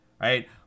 right